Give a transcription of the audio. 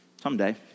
someday